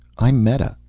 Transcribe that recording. i'm meta,